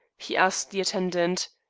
he asked the attendant.